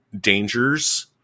dangers